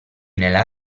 nella